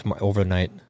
overnight